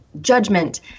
judgment